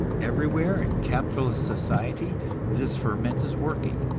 everywhere in capitalist society this ferment is working,